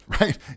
Right